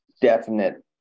definite